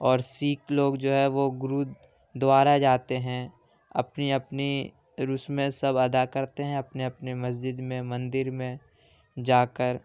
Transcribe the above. اور سکھ لوگ جو ہیں وہ گرودوارہ جاتے ہیں اپنی اپنی رسمیں سب ادا کرتے ہیں اپنے اپنے مسجد میں مندر میں جا کر